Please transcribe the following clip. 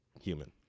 human